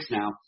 now